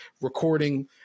recording